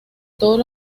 todos